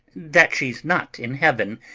that she's not in heaven,